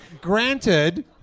granted